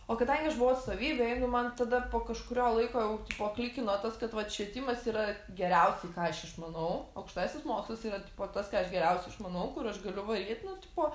o kadangi aš buvau atstovybėj jeigu man tada po kažkurio laiko jau tipo klikino tas kad vat švietimas yra geriausiai ką aš išmanau aukštasis mokslas yra tipo tas ką aš geriausiai išmanau kur aš galiu valryt nu tipo